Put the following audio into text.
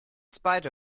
spite